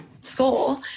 soul